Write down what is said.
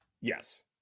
yes